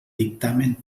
dictamen